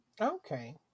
okay